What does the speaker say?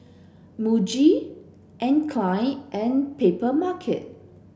Muji Anne Klein and Papermarket